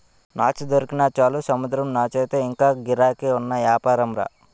నాచు దొరికినా చాలు సముద్రం నాచయితే ఇంగా గిరాకీ ఉన్న యాపారంరా